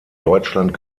deutschland